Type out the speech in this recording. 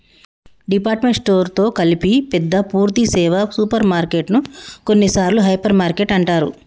department store తో కలిపి పెద్ద పూర్థి సేవ సూపర్ మార్కెటు ను కొన్నిసార్లు హైపర్ మార్కెట్ అంటారు